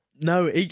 No